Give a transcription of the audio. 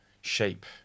shape